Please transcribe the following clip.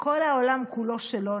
וכל העולם כולו שלו,